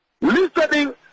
listening